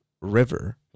river